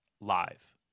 live